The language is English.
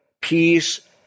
peace